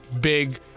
big